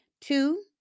two